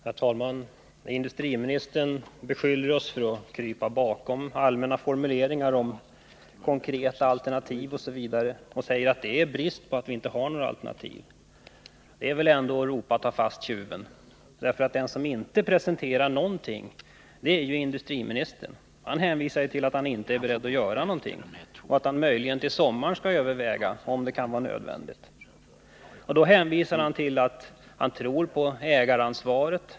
Herr talman! Industriministern beskyller oss för att krypa bakom sådana allmänna formuleringar som konkreta alternativ och säger att detta visar att vi inte har några alternativ. Det är väl ändå att ropa: Ta fast tjuven! Det är ju industriministern som inte presenterar något förslag. Han säger bara att han inte nu är beredd att göra någonting och att han möjligen till sommaren skall överväga om det är nödvändigt med några åtgärder från regeringens sida. Han hänvisar i det sammanhanget till att han tror på ägaransvaret.